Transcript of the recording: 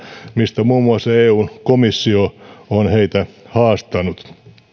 mistä muun muassa eun komissio on heitä haastanut